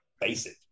basic